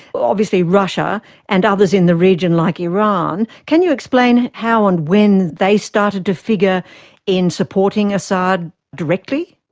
obviously russia and others in the region like iran, can you explain how and when they started to figure in supporting assad directly?